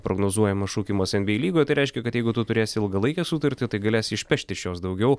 prognozuojamas šaukimas nba lygoje tai reiškia kad jeigu tu turėsi ilgalaikę sutartį tai galėsi išpešti iš jos daugiau